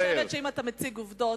אני חושבת שאם אתה מציג עובדות,